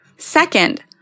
Second